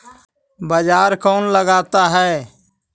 बाजार कौन लगाता है?